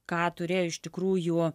ką turėjo iš tikrųjų